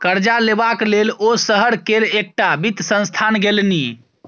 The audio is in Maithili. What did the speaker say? करजा लेबाक लेल ओ शहर केर एकटा वित्त संस्थान गेलनि